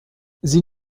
sie